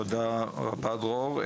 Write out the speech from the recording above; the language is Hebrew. תודה רבה, דרור.